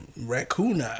raccoon